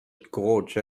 gorge